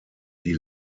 die